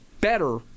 better